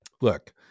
look